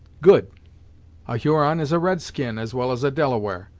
good a huron is a red-skin, as well as a delaware.